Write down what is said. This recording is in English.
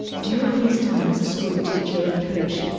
during his time as a schoolteacher and coach.